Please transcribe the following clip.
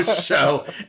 show